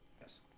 Yes